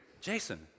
Jason